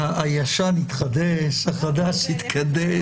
הישן התחדש, החדש התקדש.